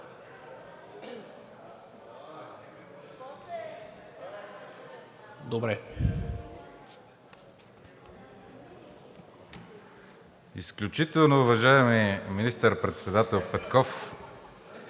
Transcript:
(ДПС): Изключително уважаеми министър-председател Петков!